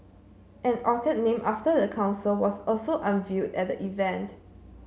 an orchid named after the council was also unveiled at the event